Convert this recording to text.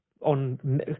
on